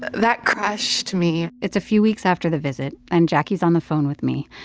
that crushed me it's a few weeks after the visit, and jacquie's on the phone with me.